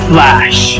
Flash